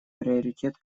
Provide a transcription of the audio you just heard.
приоритет